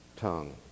tongue